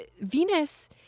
venus